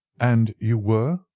and you were?